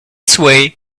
sway